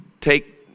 take